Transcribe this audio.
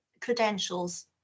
credentials